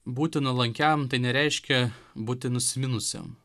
būti nuolankiam tai nereiškia būti nusiminusiam